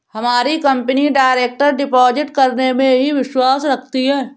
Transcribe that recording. हमारी company direct deposit करने में ही विश्वास रखती है